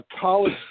college